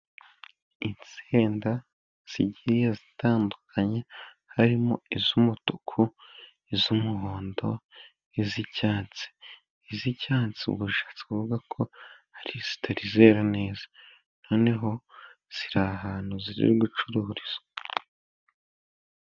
Insenda zigiye zitandukanye harimo iz'umutuku, iz'umuhondo n'iz'icyatsi. Iz'icyasi ubwo bishatse kuvuga ko ari izitari zera neza, noneho ziri ahantu ziri gucuru rizwa.